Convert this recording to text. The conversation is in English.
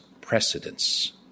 precedence